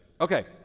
Okay